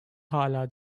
hâlâ